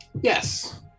Yes